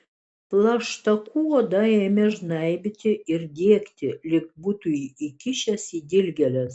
plaštakų odą ėmė žnaibyti ir diegti lyg būtų įkišęs į dilgėles